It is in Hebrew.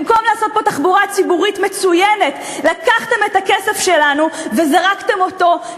במקום לעשות פה תחבורה ציבורית מצוינת לקחתם את הכסף שלנו וזרקתם אותו,